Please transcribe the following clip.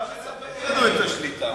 אתה מספק לנו את השליטה.